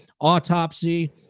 autopsy